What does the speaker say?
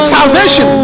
Salvation